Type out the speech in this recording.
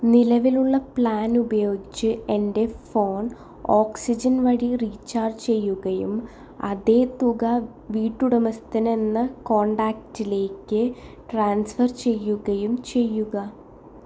നിലവിലുള്ള പ്ലാൻ ഉപയോഗിച്ച് എൻ്റെ ഫോൺ ഓക്സിജൻ വഴി റീചാർജ് ചെയ്യുകയും അതേ തുക വീട്ടുടമസ്ഥനെന്ന കോൺടാക്റ്റിലേക്ക് ട്രാൻസ്ഫർ ചെയ്യുകയും ചെയ്യുക